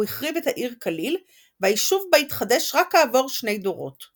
הוא החריב את העיר כליל והיישוב בה התחדש רק כעבור שני דורות.